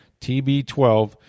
TB12